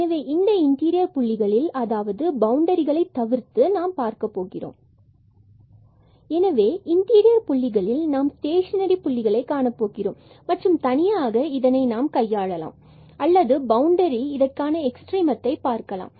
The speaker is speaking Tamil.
எனவே இந்த இன்டீரியர் புள்ளிகளில் அதாவது பவுண்டரிகளை தவிர்த்து நாம் பார்க்கப் போகிறோம் எனவே இன்டீரியர் புள்ளிகளில் நாம் ஸ்டேஷனரி புள்ளிகளை காணப்போகிறோம் மற்றும் தனியாக இதனை நாம் கையாளலாம் அல்லது பவுண்டரி இதற்கான எக்ஸ்ட்ரீமத்தை பார்க்கலாம்